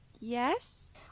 Yes